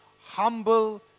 humble